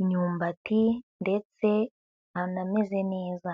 imyumbati ndetse hanameze neza.